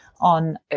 on